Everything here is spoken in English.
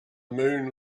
moon